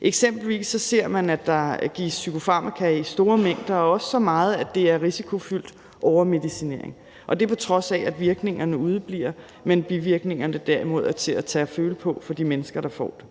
Eksempelvis ser man, at der gives psykofarmaka i store mængder og også så meget, at det er risikofyldt overmedicinering, og det er på trods af, at virkningerne udebliver, mens bivirkningerne derimod er til at tage at føle på for de mennesker, der får dem.